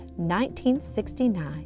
1969